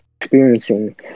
experiencing